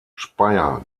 speyer